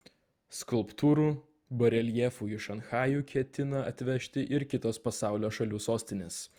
skulptūrų bareljefų į šanchajų ketina atvežti ir kitos pasaulio šalių sostinės